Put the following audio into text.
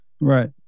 right